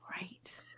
Right